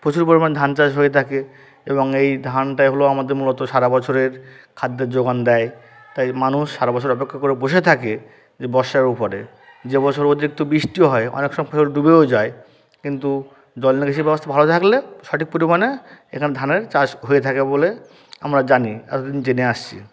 প্রচুর পরিমাণ ধান চাষ হয়ে থাকে এবং এই ধানটা এগুলো আমাদের মূলত সারা বছরের খাদ্যের জোগান দেয় তাই মানুষ সারা বছর অপেক্ষা করে বসে থাকে যে বর্ষার উপরে যে বছর অতিরিক্ত বৃষ্টি হয় অনেক সব ফসল ডুবেও যায় কিন্তু জল নিকাশি ব্যবস্থা ভালো থাকলে সঠিক পরিমাণে এখানে ধানের চাষ হয়ে থাকে বলে আমরা জানি এত দিন জেনে আসছি